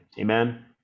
amen